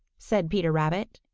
said peter rabbit.